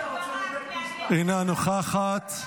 אינה נוכחת.